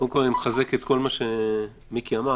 קודם כל, אני מחזק את כל מה שמיקי אמר.